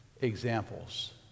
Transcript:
examples